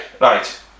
Right